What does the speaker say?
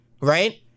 right